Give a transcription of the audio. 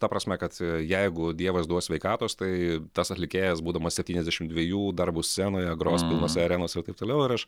ta prasme kad jeigu dievas duos sveikatos tai tas atlikėjas būdamas septyniasdešim dviejų dar bus scenoje gros pilnose arenose ir taip toliau ir aš